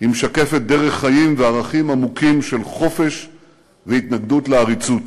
היא משקפת דרך חיים וערכים עמוקים של חופש והתנגדות לעריצות.